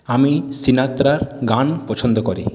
আমি সিনাত্রার গান পছন্দ করি